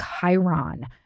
Chiron